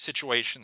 situations